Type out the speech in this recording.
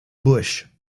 bush